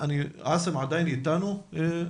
תודה רבה, ד"ר מנחם ביבאר,